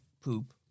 poop